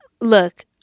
look